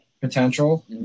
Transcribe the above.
potential